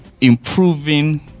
Improving